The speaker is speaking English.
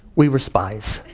we were spies.